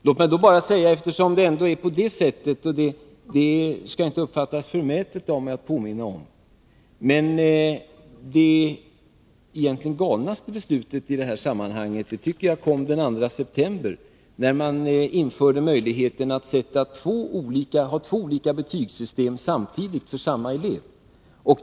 Låt mig då bara säga, eftersom det är på det sättet — det skall inte uppfattas som förmätet av mig att påminna om det — att det egentligen galnaste beslutet i detta sammanhang kom den 2 september, när man införde möjligheten att ha två olika betygssystem samtidigt för samma elev.